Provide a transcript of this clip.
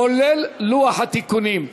כולל לוח התיקונים.